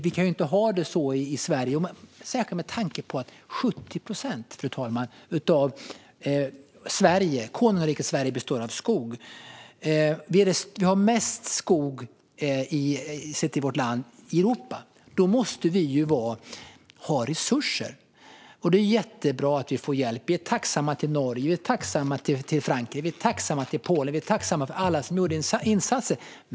Vi kan inte ha det så i Sverige, fru talman, och särskilt inte med tanke på att 70 procent av konungariket Sverige består av skog. Vi har störst andel skog i Europa. Då måste vi ha resurser. Det är jättebra att vi får hjälp, och vi är tacksamma mot Norge, Frankrike, Polen och alla andra som gjorde insatser.